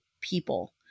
people